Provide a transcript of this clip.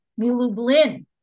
Milublin